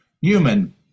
human